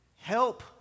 Help